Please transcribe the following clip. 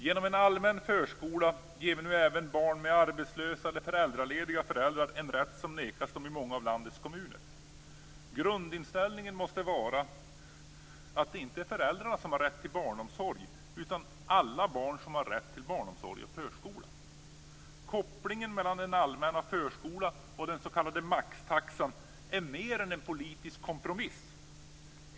Genom en allmän förskola ger vi nu även barn med arbetslösa eller föräldralediga föräldrar en rätt som nekats dem i många av landets kommuner. Grundinställningen måste vara att det inte är föräldrarna som har rätt till barnomsorg utan att det är alla barn som har rätt till barnomsorg och förskola. Kopplingen mellan den allmänna förskolan och den s.k. maxtaxan är mer än en politisk kompromiss.